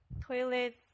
toilet